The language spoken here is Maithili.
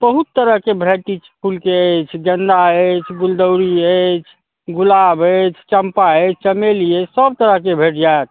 बहुत तरहके भेराइटी फुलके अछि गेन्दा अछि गुलदाउदी अछि गुलाब अछि चम्पा अछि चमेली अछि सब तरहकेँ भेट जायत